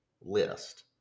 list